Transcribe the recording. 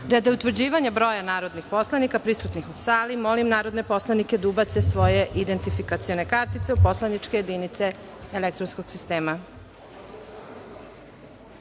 utvrđivanja broja narodnih poslanika prisutnih u sali, molim narodne poslanike da ubace svoje identifikacione kartice u poslaničke jedinice u elektronskog